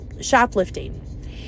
shoplifting